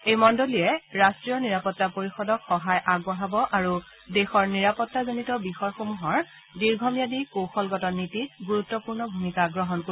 এই মণ্ডলীয়ে ৰাট্টীয় নিৰাপত্তা পৰিষদক সহায় আগবঢ়াব আৰু দেশৰ নিৰাপত্তাজনিত বিষয়সমূহৰ দীৰ্ঘম্যাদী কৌশলগত নীতিত গুৰুত্বপূৰ্ণ ভূমিকা গ্ৰহণ কৰিব